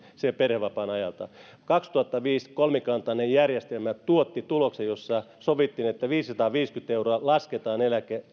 sen perhevapaan ajalta kaksituhattaviisi kolmikantainen järjestelmä tuotti tuloksen jossa sovittiin että viisisataaviisikymmentä euroa lasketaan